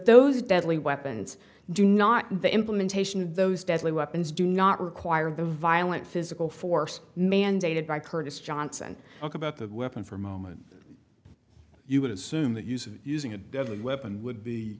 those deadly weapons do not the implementation of those deadly weapons do not require the violent physical force mandated by curtis johnson about that weapon for a moment you would assume that use of using a deadly weapon would be